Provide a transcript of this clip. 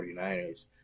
49ers